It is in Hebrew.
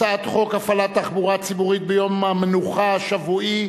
הצעת חוק הפעלת תחבורה ציבורית ביום המנוחה השבועי,